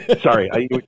Sorry